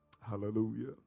Hallelujah